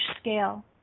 scale